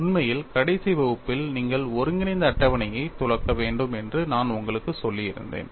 உண்மையில் கடைசி வகுப்பில் நீங்கள் ஒருங்கிணைந்த அட்டவணையைத் துலக்க வேண்டும் என்று நான் உங்களுக்குச் சொல்லியிருந்தேன்